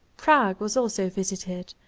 prague was also visited,